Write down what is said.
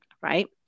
Right